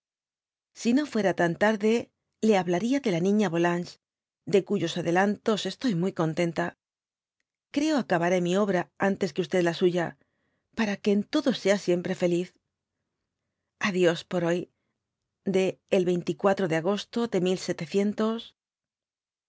si no fuera tan tarde le hablaría de la niña yolanges de cuyos adelantos estoy muy contenta creo acabaré mi obra antes que la suya para que en todo sea siempre feliz a dios por hoy de el de agosto de